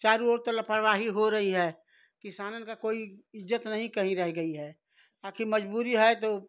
चरो ओर तो लापरवाही हो रही है किसान का कोई इज्ज़त नहीं कहीं रह गई है आखिर मजबूरी है तो